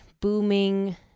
booming